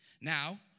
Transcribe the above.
Now